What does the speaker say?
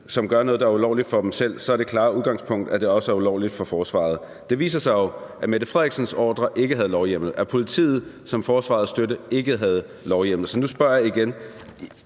der gør noget, der er ulovligt for dem selv, er det klare udgangspunkt, at det også er ulovligt for forsvaret. Det viser sig jo, at statsministerens ordre ikke havde lovhjemmel, at politiet, som forsvarets støtte, ikke havde lovhjemmel,